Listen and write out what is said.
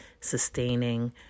Sustaining